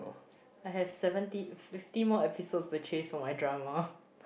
I have seventy fifty more episodes to chase for my drama